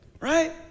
Right